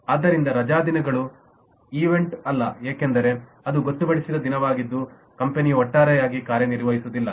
ಆದ್ದರಿಂದ ರಜಾದಿನಗಳು ಈವೆಂಟ್ ಅಲ್ಲ ಏಕೆಂದರೆ ಅದು ಗೊತ್ತುಪಡಿಸಿದ ದಿನವಾಗಿದ್ದು ಕಂಪನಿಯು ಒಟ್ಟಾರೆಯಾಗಿ ಕಾರ್ಯನಿರ್ವಹಿಸುವುದಿಲ್ಲ